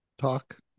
Talk